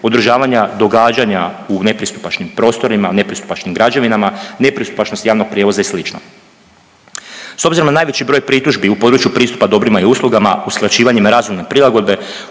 održavanja događanja u nepristupačnim prostorima, nepristupačnim građevinama, nepristupačnost javnog prijevoza i slično. S obzirom na najveći broj pritužbi u području pristupa dobrima i uslugama, uskraćivanjem razumne prilagodbe,